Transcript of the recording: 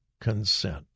consent